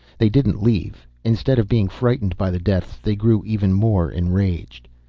they didn't leave. instead of being frightened by the deaths they grew even more enraged.